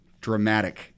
dramatic